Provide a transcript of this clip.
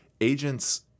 agents